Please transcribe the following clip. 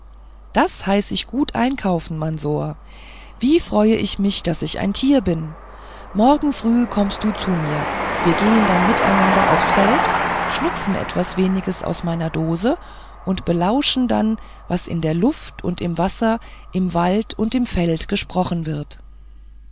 das heiß ich gut einkaufen mansor wie freue ich mich bis ich ein tier bin morgen früh kommst du zu mir wir gehen dann miteinander aufs feld schnupfen etwas weniges aus meiner dose und belauschen dann was in der luft und im wasser im wald und feld gesprochen wird